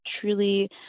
truly